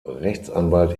rechtsanwalt